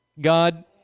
God